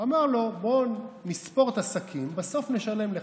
הוא אמר לו: בוא נספור את השקים, בסוף נשלם לך.